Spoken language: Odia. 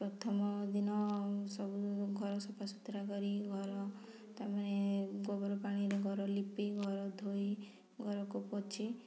ପ୍ରଥମ ଦିନ ସବୁ ଘର ସଫାସୁତୁରା କରି ଘର ତାପରେ ଗୋବର ପାଣିରେ ଘର ଲିପି ଘର ଧୋଇ ଘରକୁ ପୋଛି